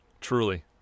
Truly